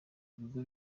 ibigo